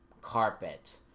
Carpet